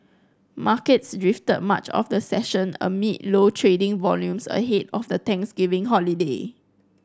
markets drifted much of the session amid low trading volumes ahead of the Thanksgiving holiday